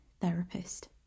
therapist